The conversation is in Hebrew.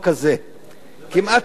כמעט תשעה ירחי לידה.